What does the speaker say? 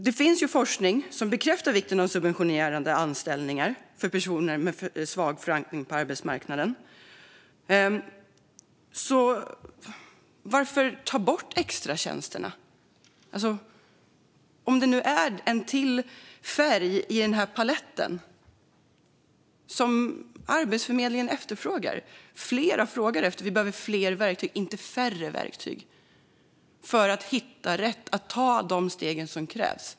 Det finns forskning som bekräftar vikten av subventionerade anställningar för personer med svag förankring på arbetsmarknaden, så varför ska man ta bort extratjänsterna, om det nu är ytterligare en färg i paletten som Arbetsförmedlingen och andra efterfrågar? Vi behöver fler verktyg, inte färre, för att hitta rätt och ta de steg som krävs.